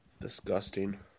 Disgusting